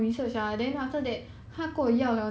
really ah